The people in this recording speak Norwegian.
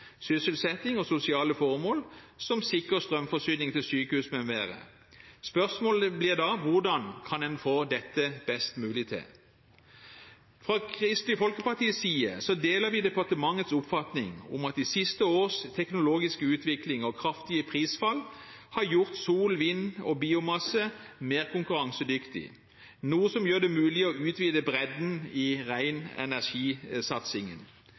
sysselsetting og sosiale formål, som sikker strømforsyning til sykehus m.m. Spørsmålet blir da: Hvordan kan en få dette best mulig til? Vi i Kristelig Folkeparti deler departementets oppfatning om at de siste års teknologiske utvikling og kraftige prisfall har gjort sol, vind og biomasse mer konkurransedyktig, noe som gjør det mulig å utvide bredden i